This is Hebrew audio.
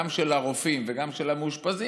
גם של הרופאים וגם של המאושפזים.